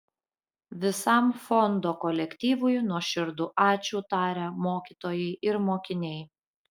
visam fondo kolektyvui nuoširdų ačiū taria mokytojai ir mokiniai